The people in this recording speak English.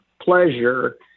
pleasure